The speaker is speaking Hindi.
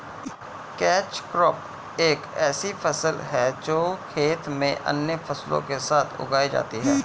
कैच क्रॉप एक ऐसी फसल है जो खेत में अन्य फसलों के साथ उगाई जाती है